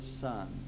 son